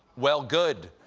well, good,